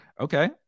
Okay